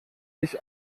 ich